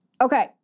Okay